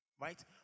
right